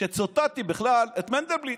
כשציטטתי בכלל את מנדלבליט.